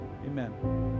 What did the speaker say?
Amen